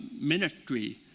ministry